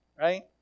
right